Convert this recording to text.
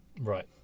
Right